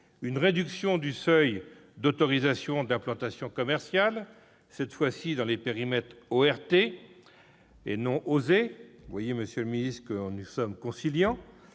de réduire le seuil d'autorisation d'implantation commerciale, cette fois dans les périmètres ORT, et non OSER. Vous voyez, monsieur le ministre, que nous sommes conciliants